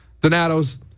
Donato's